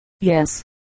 Yes